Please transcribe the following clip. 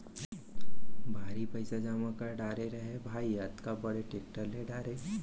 भारी पइसा जमा कर डारे रहें भाई, अतका बड़े टेक्टर ले डारे